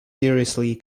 seriously